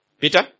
Peter